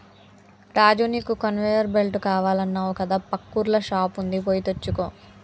రాజు నీకు conveyor belt కావాలన్నావు కదా పక్కూర్ల షాప్ వుంది పోయి తెచ్చుకో